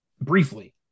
briefly